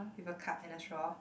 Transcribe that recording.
with a cup and a straw